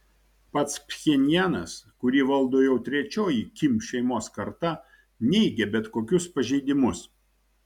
pats pchenjanas kurį valdo jau trečioji kim šeimos karta neigia bet kokius pažeidimus